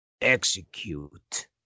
Execute